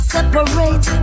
Separate